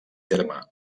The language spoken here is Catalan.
terme